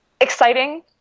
exciting